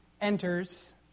enters